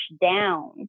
down